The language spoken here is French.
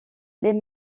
les